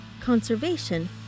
conservation